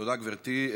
תודה, גברתי.